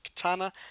Katana